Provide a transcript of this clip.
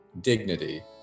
dignity